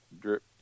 drip